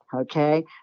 Okay